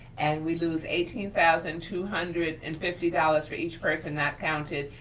and we lose eighteen thousand two hundred and fifty dollars for each person not counted.